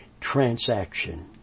transaction